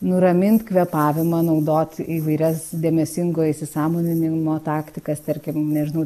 nuramint kvėpavimą naudot įvairias dėmesingo įsisąmoninimo taktikas tarkim nežinau